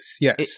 yes